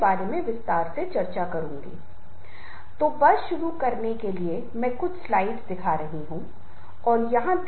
क्योंकि कोई यह नहीं कह सकता कि कोई नेता है और वह प्रेरित नहीं कर पा रहा है तो वह नेता नहीं है